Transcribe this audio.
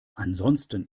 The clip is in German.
ansonsten